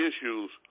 issues